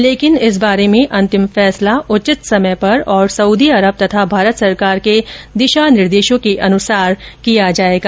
लेकिन इस बारे में अंतिम फैसला उचित समय पर और सऊदी अरब तथा भारत सरकार के दिशा निर्देशों के अनुसार किया जाएगा